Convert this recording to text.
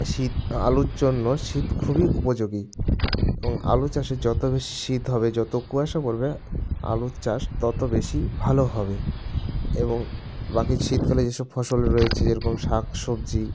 শীত আলুর জন্য শীত খুবই উপযোগী এবং আলু চাষে যতো বেশি শীত হবে যতো কুয়াশা পড়বে আলুর চাষ তত বেশি ভালো হবে এবং বাকি শীতকালে যেসব ফসল রয়েছে যেরকম শাক সবজি